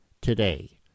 today